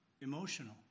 emotional